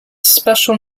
special